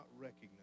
recognize